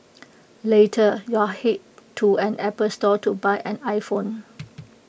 later your Head to an Apple store to buy an iPhone